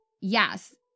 Yes